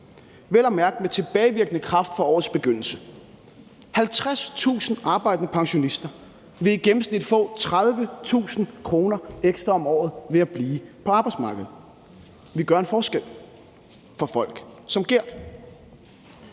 vel at mærke med tilbagevirkende kraft fra årets begyndelse. 50.000 arbejdende pensionister vil i gennemsnit få 30.000 kr. ekstra om året ved at blive på arbejdsmarkedet. Vi gør en forskel for folk som Gert.